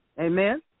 Amen